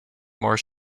more